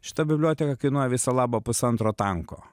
šita biblioteka kainuoja viso labo pusantro tanko